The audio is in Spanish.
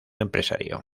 empresario